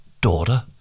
Daughter